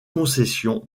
concession